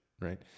right